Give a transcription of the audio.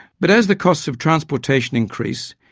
but as the cost of transportation increase,